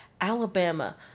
Alabama